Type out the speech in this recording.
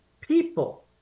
people